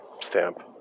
stamp